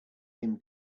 him